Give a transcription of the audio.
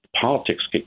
Politics